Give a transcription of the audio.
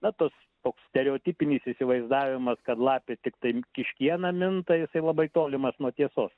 na tos toks stereotipinis įsivaizdavimas kad lapė tiktai kiškiena minta jisai labai tolimas nuo tiesos